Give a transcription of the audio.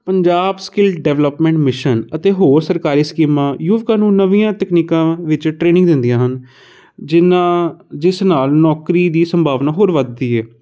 Punjab skill development mission ਅਤੇ ਹੋਰ ਸਰਕਾਰੀ ਸਕੀਮਾਂ ਯੂਵਕਾਂ ਨੂੰ ਨਵੀਆਂ ਤਕਨੀਕਾਂ ਵਿੱਚ ਟ੍ਰੇਨਿੰਗ ਦਿੰਦੀਆਂ ਹਨ ਜਿਹਨਾਂ ਜਿਸ ਨਾਲ ਨੌਕਰੀ ਦੀ ਸੰਭਾਵਨਾ ਹੋਰ ਵੱਧਦੀ ਹੈ